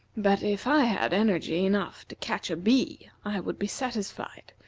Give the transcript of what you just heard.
but if i had energy enough to catch a bee i would be satisfied.